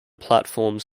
platforms